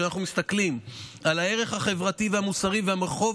כשאנחנו מסתכלים על הערך החברתי והמוסרי והחוב